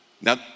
Now